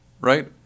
right